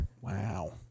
Wow